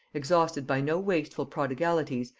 exhausted by no wasteful prodigalities,